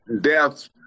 death